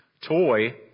Toy